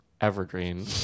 evergreen